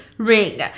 ring